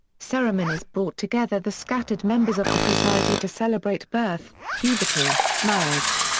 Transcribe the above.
ceremonies brought together the scattered members of the society to celebrate birth, puberty, marriage,